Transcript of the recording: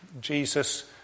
Jesus